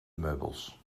meubels